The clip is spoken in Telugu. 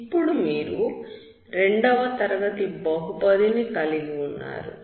ఇప్పుడు మీరు రెండవ తరగతి బహుపది ని కలిగి ఉంటారు